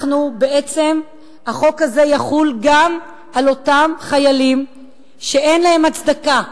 בעצם החוק הזה יחול גם על אותם חיילים שאין הצדקה,